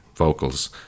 vocals